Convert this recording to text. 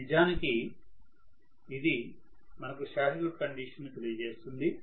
నిజానికి ఇది మనకు షార్ట్ సర్క్యూట్ కండిషన్ను తెలియ చేస్తుంది